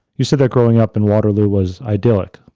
you said that growing up in waterloo was idyllic,